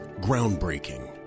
Groundbreaking